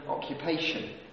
occupation